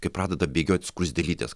kai pradeda bėgiot skruzdėlytės